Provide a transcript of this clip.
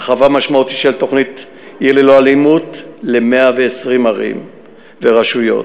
הרחבה משמעותית של תוכנית "עיר ללא אלימות" ל-120 ערים ורשויות,